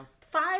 five